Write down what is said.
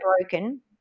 broken